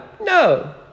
No